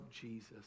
Jesus